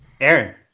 Aaron